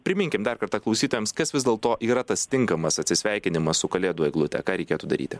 priminkim dar kartą klausytojams kas vis dėlto yra tas tinkamas atsisveikinimas su kalėdų eglute ką reikėtų daryti